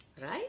right